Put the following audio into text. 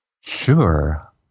Sure